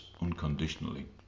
unconditionally